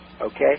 Okay